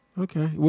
Okay